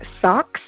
socks